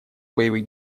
боевых